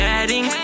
adding